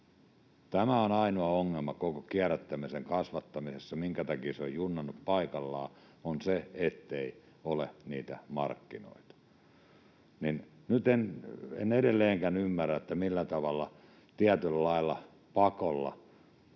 Tämä on ainoa ongelma koko kierrättämisen kasvattamisessa, se, minkä takia se on junnannut paikallaan: se, ettei ole niitä markkinoita. Nyt en edelleenkään ymmärrä, millä tavalla tietyllä lailla pakolla